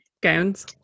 Gowns